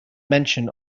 mention